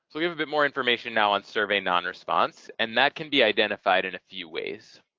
we have a bit more information now on survey non-response and that can be identified in a few ways.